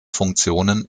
funktionen